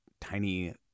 tiny